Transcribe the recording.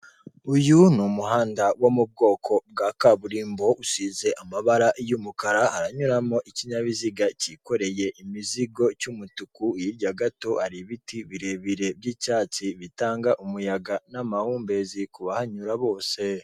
Uyu ni umuhanda wo mu bwoko bwa kaburimbo usize amabara y'umukara, haranyuramo ikinyabiziga cyikoreye imizigo cy'umutuku. Hirya gato hari ibiti birebire by'icyatsi bitanga n'amahumbezi ku bahanyura bose.